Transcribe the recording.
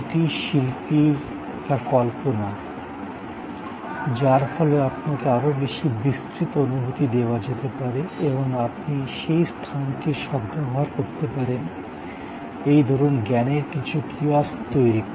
এটিই শিল্পীরা কল্পনা যার ফলে আপনাকে আরও বেশি বিস্তৃত অনুভূতি দেওয়া যেতে পারে এবং আপনি সেই স্থানটির সদ্ব্যবহার করতে পারেন এই ধরুন জ্ঞানের কিছু কিয়স্ক তৈরি করে